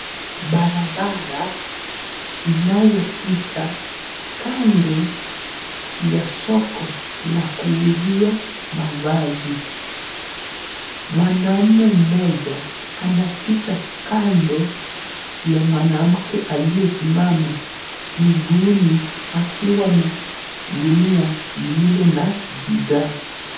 Barabara inayopita kando ya soko la kuuzia mavazi. Mwanaume mmoja anapita kando ya mwanamke aliyesimama mguuni akiwa na gunia lililo na bidhaa.